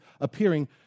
appearing